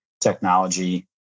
technology